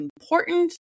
important